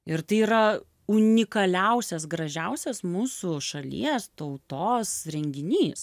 ir tai yra unikaliausias gražiausias mūsų šalies tautos renginys